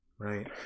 Right